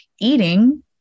eating